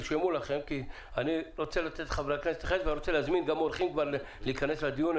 אני רוצה לאפשר לחברי הכנסת להתייחס וגם להזמין אורחים להיכנס לדיון.